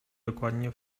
dokładnie